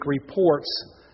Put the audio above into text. reports